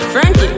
Frankie